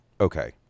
okay